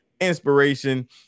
inspiration